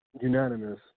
unanimous